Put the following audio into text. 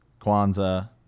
Kwanzaa